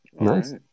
Nice